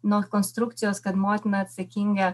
nuo konstrukcijos kad motina atsakinga